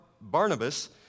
Barnabas